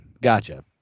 gotcha